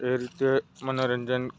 એ રીતે મનોરંજન